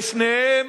ושניהם,